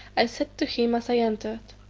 i said to him as i entered,